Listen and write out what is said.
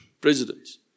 presidents